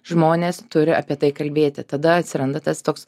žmonės turi apie tai kalbėti tada atsiranda tas toks